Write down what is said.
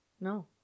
No